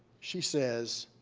she says,